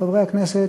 חברי הכנסת,